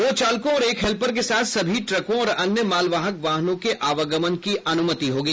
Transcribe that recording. दो चालकों और एक हेल्पर के साथ सभी ट्रकों और अन्य मालवाहक वाहनों के आवगमन की अनुमति होगी